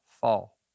fall